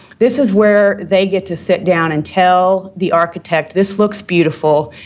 this is where they get to sit down and tell the architect, this looks beautiful,